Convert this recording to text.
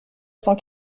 cent